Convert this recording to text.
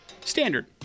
standard